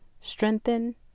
strengthen